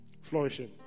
flourishing